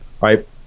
Right